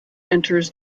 enters